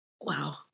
Wow